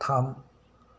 थाम